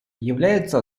является